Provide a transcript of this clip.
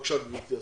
בבקשה, גברתי השרה,